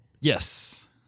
Yes